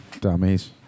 Dummies